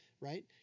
right